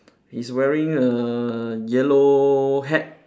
he's wearing a yellow hat